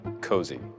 cozy